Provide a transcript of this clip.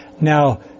Now